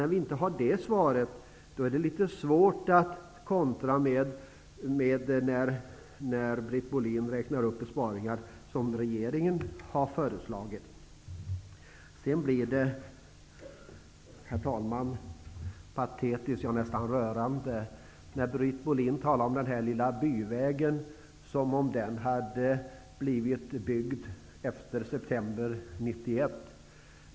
När vi inte har det svaret är det svårt att kontra då Britt Bohlin räknar upp besparingar som regeringen har föreslagit. Herr talman! Det blir patetiskt, ja, nästan rörande, när Britt Bohlin talar om en liten byväg som om den byggts efter september 1991.